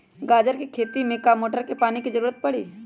गाजर के खेती में का मोटर के पानी के ज़रूरत परी?